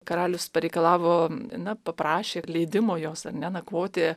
karalius pareikalavo na paprašė leidimo jos ane nakvoti